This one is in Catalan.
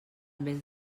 mes